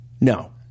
No